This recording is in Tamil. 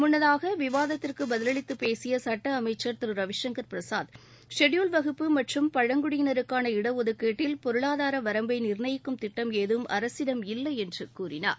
முன்னதாக விவாதத்திற்கு பதிலளித்து பேசிய சட்ட அமைச்சர் திரு ரவிசங்கள் பிரசாத் ஷெடியூவ்ட் வகுப்பு மற்றும் பழங்குடியினருக்கான இடஒதுக்கீட்டில் பொருளாதார வரம்பை நிர்ணயிக்கும் திட்டம் ஏதும் அரசிடம் இல்லை என்று கூறினார்